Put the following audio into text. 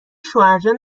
شوهرجان